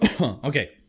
Okay